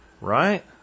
right